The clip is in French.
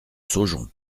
saujon